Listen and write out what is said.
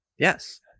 Yes